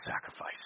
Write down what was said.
sacrifice